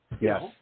Yes